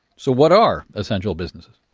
so, what are essential businesses?